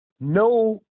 No